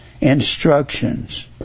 instructions